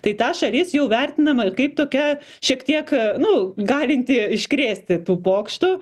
tai ta šalis jau vertinama ir kaip tokia šiek tiek nu galinti iškrėsti tų pokštų